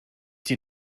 dir